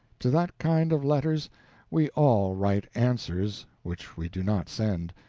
to that kind of letters we all write answers which we do not send,